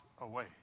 away